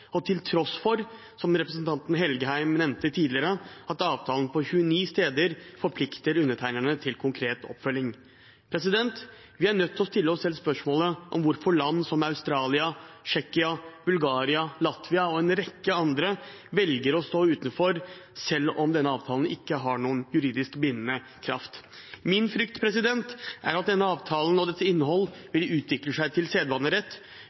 og til tross for – som representanten Engen-Helgheim nevnte tidligere – at avtalen på 29 steder forplikter undertegnerne til konkret oppfølging. Vi er nødt til å stille oss selv spørsmålet om hvorfor land som Australia, Tsjekkia, Bulgaria, Latvia og en rekke andre velger å stå utenfor, selv om denne avtalen ikke har noen juridisk bindende kraft. Min frykt er at denne avtalen og dens innhold vil utvikle seg til sedvanerett,